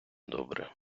добре